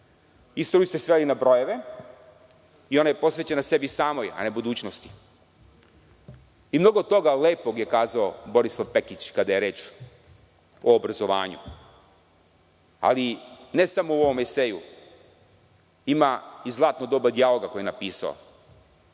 Istoriju ste sveli na brojeve i ona je posvećena sebi samoj, a ne budućnosti. I mnogo toga lepog je kazao Borislav Pekić kada je reč o obrazovanju ali ne samo u ovom eseju ima i „Zlatno doba dijaloga“ koje je napisao